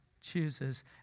chooses